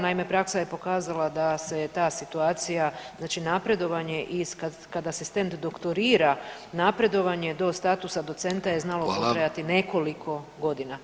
Naime, praksa je pokazala da se ta situacija, znači napredovanje iz, kad asistent doktorira, napredovanje do statusa docenta je znalo potrajati nekoliko [[Upadica: Hvala.]] godina.